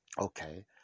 Okay